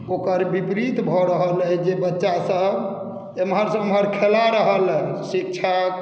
ओकर विपरीत भऽ रहल अछि जे बच्चा सभ एमहर से ओमहर खेला रहल हइ शिक्षा